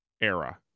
era